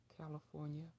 California